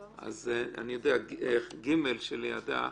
ג' שלידה,